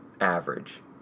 average